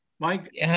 Mike